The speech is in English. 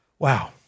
Wow